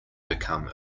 become